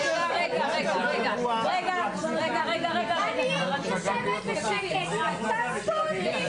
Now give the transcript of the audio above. אני יושבת בשקט ותעזבו אותי,